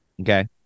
okay